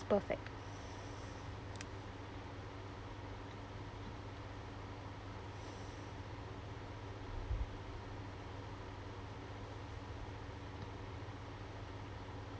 perfect